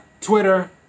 Twitter